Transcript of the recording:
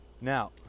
Now